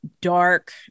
dark